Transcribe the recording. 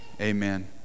Amen